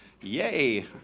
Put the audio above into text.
yay